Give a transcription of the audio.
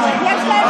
יש להם,